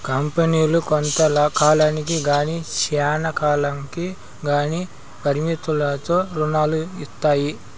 కంపెనీలు కొంత కాలానికి గానీ శ్యానా కాలంకి గానీ పరిమితులతో రుణాలు ఇత్తాయి